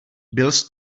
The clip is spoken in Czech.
byls